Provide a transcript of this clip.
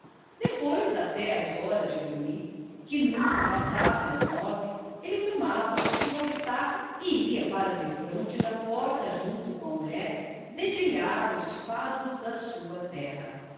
depois até às horas de dormir que nunca passavam das nove ele tomava a sua guitarra e ia para defronte da porta junto com a mulher dedilhar os fados da sua terra